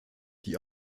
die